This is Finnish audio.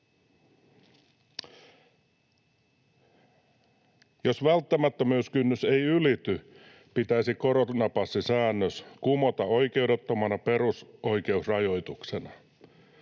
”Jos välttämättömyyskynnys ei ylity, pitäisi koronapassisäännös kumota oikeudettomana perusoikeusrajoituksena.